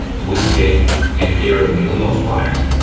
we take a pair of needle nose pliers,